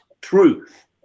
truth